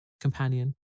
companion